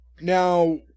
Now